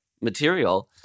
material